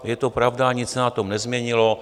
Je to pravda, nic se na tom nezměnilo.